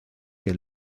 que